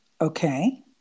Okay